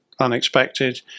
unexpected